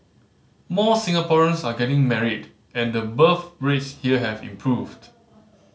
more Singaporeans are getting married and the birth rates here have improved